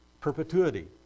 perpetuity